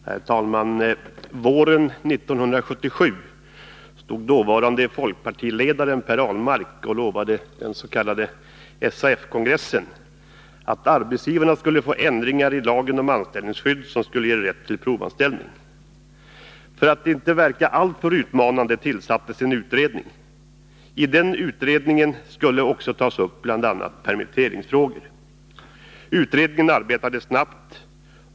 Herr talman! Våren 1977 stod dåvarande folkpartiledaren Per Ahlmark och lovade den s.k. SAF-kongressen att arbetsgivarna skulle få ändringar i lagen om anställningsskydd som skulle ge rätt till provanställning. För att detta inte skulle verka alltför utmanande tillsattes en utredning. I den utredningen skulle också tas upp bl.a. permitteringsfrågor. Utredningen arbetade snabbt.